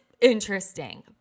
interesting